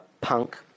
punk